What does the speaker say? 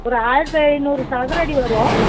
ஒரு ஆயரத்து ஐந்நூறு சதுர அடி வரும்